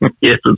Yes